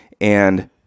And-